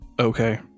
Okay